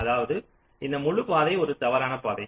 அதாவது இந்த முழுபாதை ஒரு தவறான பாதை